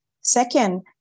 Second